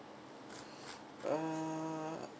uh